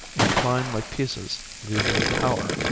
incline like pisa's leaning tower,